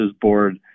Board